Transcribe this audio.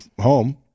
home